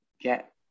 get